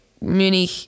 Munich